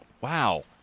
wow